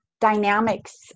dynamics